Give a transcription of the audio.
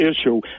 issue